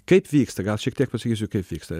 kaip vyksta gal šiek tiek pasakysiu kaip vyksta